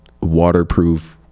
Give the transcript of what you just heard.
waterproof